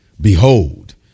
Behold